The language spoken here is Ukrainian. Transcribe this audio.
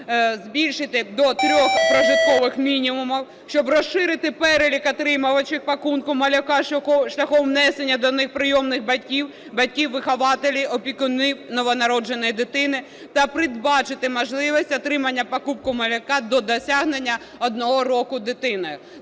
збільшити до трьох прожиткових мінімумів, щоб розширити перелік отримувачів "пакунку малюка" шляхом внесення до них прийомних батьків, батьків-вихователів, опікунів новонародженої дитини, та передбачити можливість отримання "пакунку малюка" до досягнення 1 року дитиною.